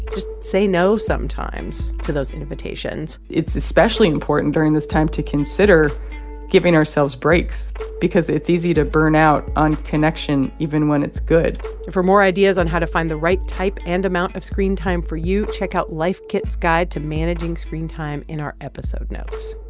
just say no sometimes to those invitations it's especially important during this time to consider giving ourselves breaks because it's easy to burn out on connection, even when it's good for more ideas on how find the right type and amount of screen time for you, check out life kit's guide to managing screen time in our episode notes.